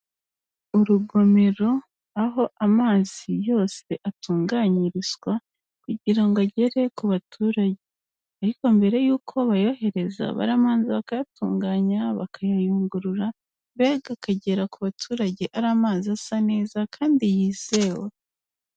Urugomero aho amazi yose atunganyirizwa kugira ngo agere ku baturage. Ariko mbere yuko bayohereza baramanza bakayatunganya, bakayayungurura, mbega akagera ku baturage ari amazi asa neza kandi yizewe.